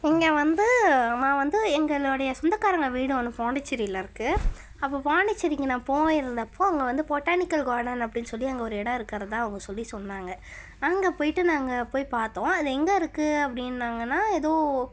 இங்கே வந்து நான் வந்து எங்களோடைய சொந்தக்காரங்க வீடு ஒன்று பாண்டிச்சேரியில் இருக்குது அப்போ பாண்டிச்சேரிக்கு நான் போயிருந்தப்போது அங்கே வந்து பொட்டானிக்கல் கார்டன் அப்படினு சொல்லி அங்கே ஒரு இடம் இருக்கிறதா அவங்க சொல்லிச் சொன்னாங்க அங்கே போயிட்டு நாங்கள் போய் பார்த்தோம் அது எங்கே இருக்குது அப்படினாங்கனா எதோ